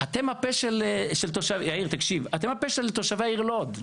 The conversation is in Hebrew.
אתם הפה של תושבי העיר לוד.